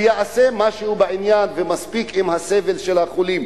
שיעשה משהו בעניין, ומספיק עם הסבל של החולים.